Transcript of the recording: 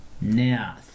now